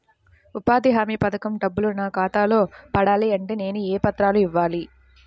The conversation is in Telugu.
ఉపాధి హామీ పథకం డబ్బులు నా ఖాతాలో పడాలి అంటే నేను ఏ పత్రాలు ఇవ్వాలి?